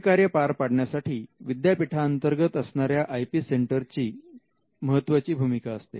हे कार्य पार पाडण्यासाठी विद्यापीठाअंतर्गत असणाऱ्या आय पी सेंटरची महत्त्वाची भूमिका असते